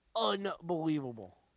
unbelievable